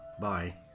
bye